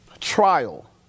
trial